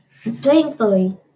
Thankfully